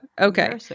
Okay